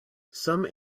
some